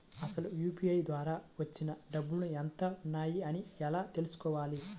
అసలు యూ.పీ.ఐ ద్వార వచ్చిన డబ్బులు ఎంత వున్నాయి అని ఎలా తెలుసుకోవాలి?